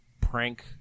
prank